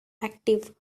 active